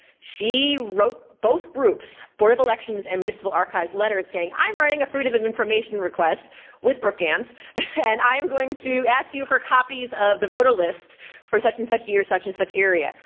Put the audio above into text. she wrote both groups, board of elections and municipal archives, letters saying, i'm writing a freedom of information request with brooke ganz and i'm going to ask you for copies of the voter list for such and such year, such and such area.